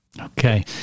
Okay